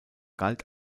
galt